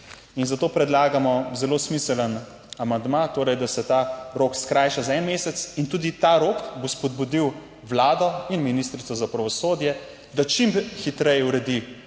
In zato predlagamo zelo smiseln amandma, torej, da se ta rok skrajša za en mesec in tudi ta rok bo spodbudil vlado in ministrico za pravosodje, da čim hitreje uredi